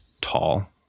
tall